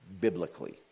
biblically